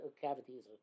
cavities